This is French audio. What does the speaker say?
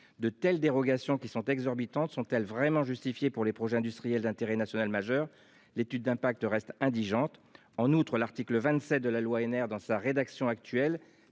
de telles dérogations qui sont exorbitantes sont-elles vraiment justifiées pour les projets industriels d'intérêt national majeur, l'étude d'impact reste indigente en outre l'article 27 de la loi et nerfs dans sa rédaction actuelle